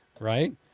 right